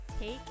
take